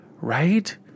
right